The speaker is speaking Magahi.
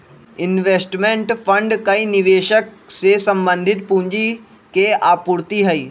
इन्वेस्टमेंट फण्ड कई निवेशक से संबंधित पूंजी के आपूर्ति हई